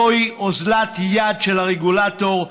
זוהי אוזלת יד של הרגולטור,